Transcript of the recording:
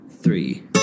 three